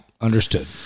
Understood